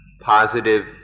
positive